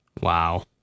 Wow